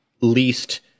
least